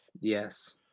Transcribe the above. Yes